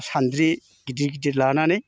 सानद्रि गिदिर गिदिर लानानै